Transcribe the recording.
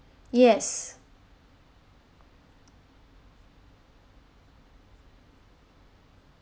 yes